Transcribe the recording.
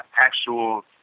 actual